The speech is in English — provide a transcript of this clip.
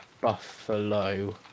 Buffalo